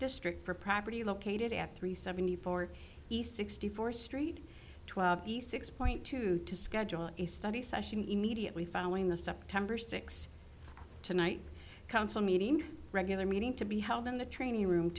district for property located at three seventy four east sixty four street twelve east six point two to schedule a study session immediately following the september six tonight council meeting regular meeting to be held in the training room